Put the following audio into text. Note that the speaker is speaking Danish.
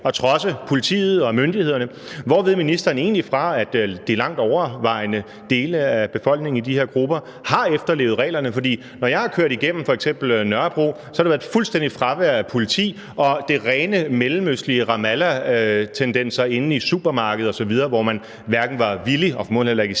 at trodse politiet og myndighederne? Hvor ved ministeren egentlig fra, at den langt overvejende del af befolkningen i de her grupper har efterlevet reglerne? For når jeg er kørt igennem f.eks. Nørrebro, har der været et fuldstændigt fravær af politi og de rene, mellemøstlige Ramallahtendenser inde i supermarkeder osv., hvor man ikke var villig til og formodentlig heller ikke